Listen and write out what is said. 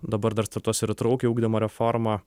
dabar dar startuos ir įtraukio ugdymo reforma